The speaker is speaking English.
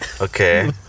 Okay